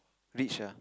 rich ah